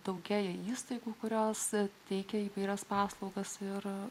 daugėja įstaigų kurios teikia įvairias paslaugas ir